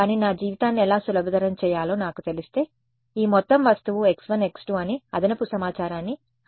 కానీ నా జీవితాన్ని ఎలా సులభతరం చేయాలో నాకు తెలిస్తే ఈ మొత్తం వస్తువు x1x2 అని అదనపు సమాచారాన్ని అందించబోతున్నాను